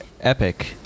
Epic